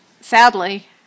sadly